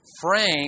frame